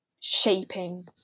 shaping